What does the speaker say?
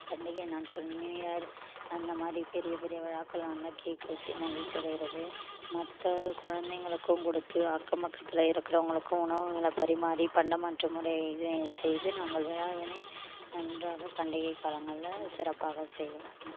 பண்டிகை நாட்கள் new year அந்தமாதிரி பெரிய பெரிய விழாக்கள் வந்தால் கேக் வெட்டி மகிழ்ச்சி அடைகிறது மற்ற குழந்தைங்களுக்கும் கொடுத்து அக்கம்பக்கத்தில் இருக்குறவங்களுக்கும் உணவுகளை பரிமாறி பண்டம் மாற்று முறை செய்து நாங்கள் விழாவினை நன்றாக பண்டிகை காலங்கள்ல சிறப்பாக செய்வோம்